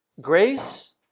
Grace